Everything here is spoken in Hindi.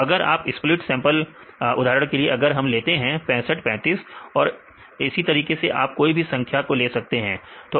तो अगर आप स्प्लिट सैंपल उदाहरण के लिए अगर हम लेते हैं 65 35 और इसी तरीके से आप कोई भी संख्या ले सकते हैं